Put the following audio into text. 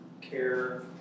care